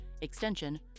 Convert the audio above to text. extension